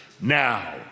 Now